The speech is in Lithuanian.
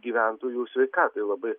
gyventojų sveikatai labai